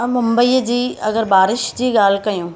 अं मुंबईअ जी अगरि बारिश जी ॻाल्हि कयूं